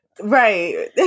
Right